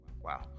Wow